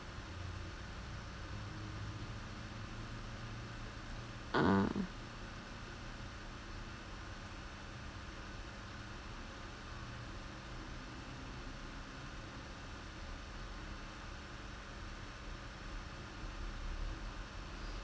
um